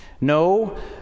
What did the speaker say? No